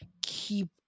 keep